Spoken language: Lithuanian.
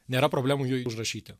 nėra problemų jų užrašyti